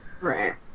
Right